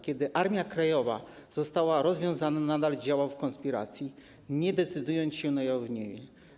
Kiedy Armia Krajowa została rozwiązana, nadal działał w konspiracji, nie decydując się na ujawnienie.